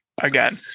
again